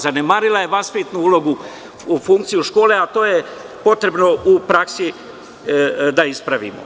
Zanemarila je vaspitnu ulogu u funkciju škole, a to je potrebno u praksi da ispravimo.